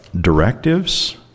directives